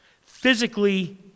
Physically